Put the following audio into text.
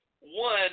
One